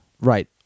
Right